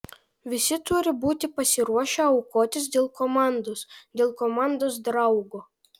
visi turi būti pasiruošę aukotis dėl komandos dėl komandos draugo